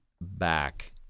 back